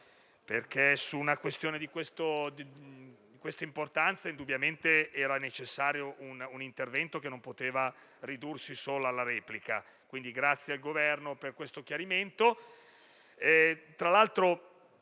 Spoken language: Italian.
perché su una questione di questa importanza indubbiamente era necessario un intervento che non poteva ridursi alla sola replica, quindi grazie al Governo per questo chiarimento.